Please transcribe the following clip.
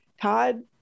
todd